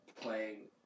playing